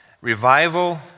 Revival